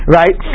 right